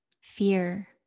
Fear